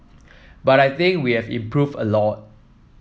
but I think we have improved a lot